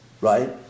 right